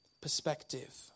perspective